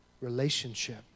relationship